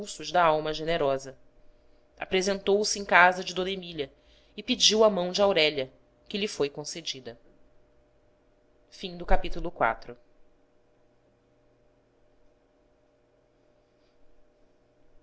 impulsos da alma generosa apresentou-se em casa de d emília e pediu a mão de aurélia que lhe foi concedida ao